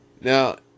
Now